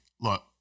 look